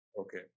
Okay